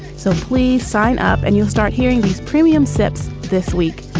so please sign up and you'll start hearing these premium steps this week.